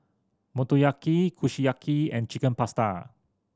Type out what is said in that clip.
Motoyaki Kushiyaki and Chicken Pasta